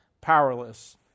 powerless